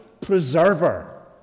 preserver